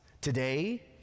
Today